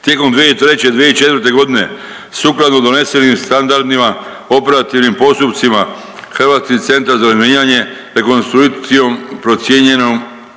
Tijekom 2003./2004. g. sukladno donesenim standardima, operativnim postupcima, Hrvatski centar za razminiranje rekonstrukcijom procijenjenom